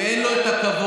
אם אין לו את הכבוד,